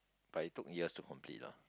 but it took years to complete lah